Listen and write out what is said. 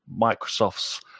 Microsoft's